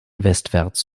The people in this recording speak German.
westwärts